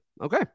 Okay